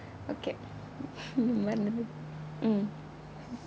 okay mm